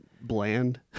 bland